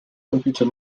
computer